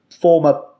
former